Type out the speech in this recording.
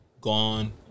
gone